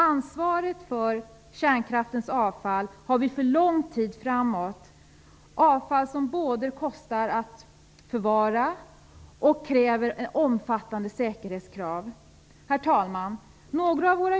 Ansvaret för kärnkraftens avfall har vi för lång tid framåt - avfall som både kostar att förvara och ställer omfattande säkerhetskrav. Herr talman!